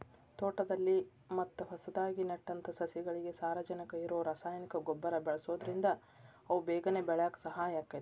ತೋಟದಲ್ಲಿ ಮತ್ತ ಹೊಸದಾಗಿ ನೆಟ್ಟಂತ ಸಸಿಗಳಿಗೆ ಸಾರಜನಕ ಇರೋ ರಾಸಾಯನಿಕ ಗೊಬ್ಬರ ಬಳ್ಸೋದ್ರಿಂದ ಅವು ಬೇಗನೆ ಬೆಳ್ಯಾಕ ಸಹಾಯ ಆಗ್ತೇತಿ